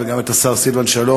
וגם את השר סילבן שלום,